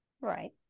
right